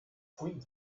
pfui